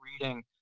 reading